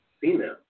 female